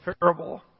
parable